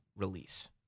release